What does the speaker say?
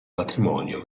matrimonio